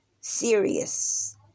Serious